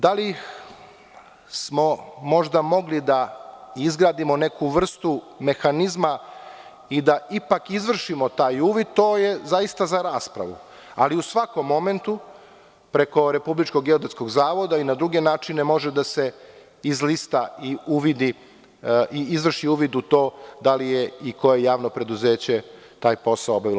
Da li smo možda mogli da izgradimo možda neku vrstu mehanizma i da ipak izvršimo taj uvid, to je zaista za raspravu, ali u svakom momentu preko Republičkog geodetskog zavoda i na druge načine može da se izlista i izvrši uvid u to da li je i koje javno preduzeće taj posao obavilo.